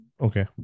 Okay